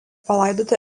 palaidoti